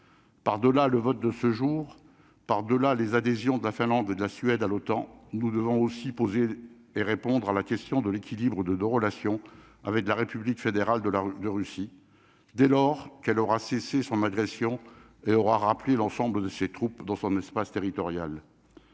par delà le vote de ce jour, par delà les adhésions de la Finlande, de la Suède à l'OTAN nous devons aussi poser et répondre à la question de l'équilibre de de relations avec la République fédérale de la, de Russie, dès lors qu'elle aura cessé son agression et rappelé l'ensemble de ses troupes dans son espace territorial